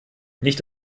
nicht